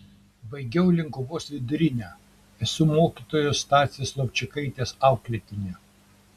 baigiau linkuvos vidurinę esu mokytojos stasės lovčikaitės auklėtinė